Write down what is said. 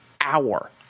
hour